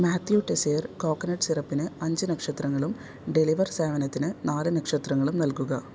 Mathew Tessier coconut സിറപ്പ്ന് അഞ്ച് നക്ഷത്രങ്ങളും ഡെലിവർ സേവനത്തിന് നാല് നക്ഷത്രങ്ങളും നൽകുക